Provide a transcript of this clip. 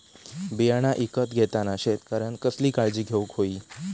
बियाणा ईकत घेताना शेतकऱ्यानं कसली काळजी घेऊक होई?